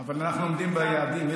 אבל אנחנו עומדים ביעדים.